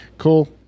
cool